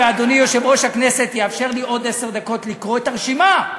אדוני יושב-ראש הכנסת יאפשר לי עוד עשר דקות לקרוא את הרשימה.